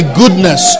goodness